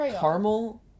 caramel